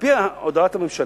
על-פי הודעת הממשלה,